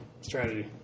Strategy